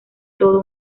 todo